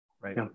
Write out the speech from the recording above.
right